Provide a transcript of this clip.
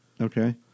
Okay